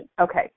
Okay